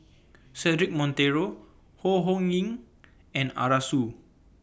Cedric Monteiro Ho Ho Ying and Arasu